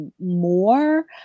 more